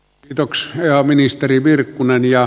tieto xn ja ministeri virkkunen ja